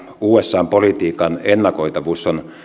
usan politiikan ennakoitavuus on